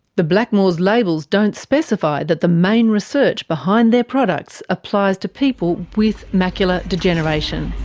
the blackmores labels don't specify that the main research behind their products applies to people with macular degeneration.